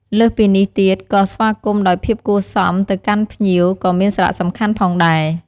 លើសពីនេះទៀតក៏ស្វាគមន៍ដោយភាពគួរសមទៅកាន់ភ្ញៀវក៏មានសារៈសំខាន់ផងដែរ។